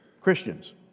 Christians